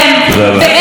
לצערי הרב,